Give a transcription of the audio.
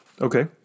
Okay